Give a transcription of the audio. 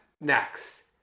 next